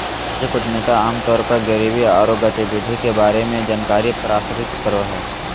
सामाजिक उद्यमिता आम तौर पर गरीबी औरो गतिविधि के बारे में जानकारी प्रसारित करो हइ